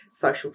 social